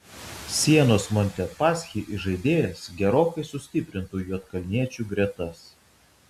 sienos montepaschi įžaidėjas gerokai sustiprintų juodkalniečių gretas